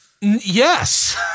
Yes